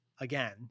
again